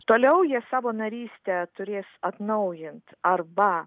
toliau jie savo narystę turės atnaujint arba